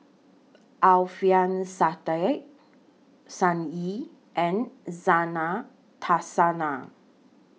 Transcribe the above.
Alfian Sa'at Sun Yee and Zena Tessensohn